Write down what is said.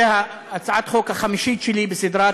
שזאת הצעת החוק החמישית שלי בסדרת